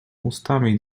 ustami